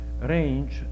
range